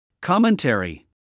Commentary